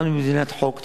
אנחנו מדינת חוק.